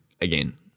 again